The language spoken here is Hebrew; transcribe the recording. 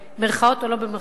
במירכאות או לא במירכאות,